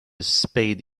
spade